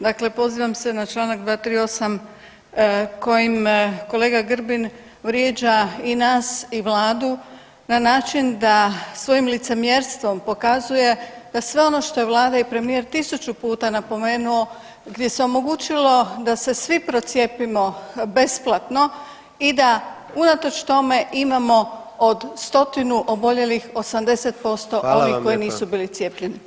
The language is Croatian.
Dakle pozivam se na čl. 238 kojim kolega Grbin vrijeđa i nas i Vladu na način da svojim licemjerstvom pokazuje da sve ono što je Vlada i premijer 1000 puta napomenuo, gdje se omogućilo da se svi procijepimo besplatno i da unatoč tome imamo od stotinu oboljelih, 80% onih koji nisu bili cijepljeni.